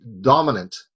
dominant